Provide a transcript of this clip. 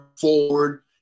forward